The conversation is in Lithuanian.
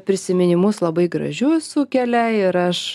prisiminimus labai gražius sukelia ir aš